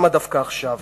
למה דווקא עכשיו?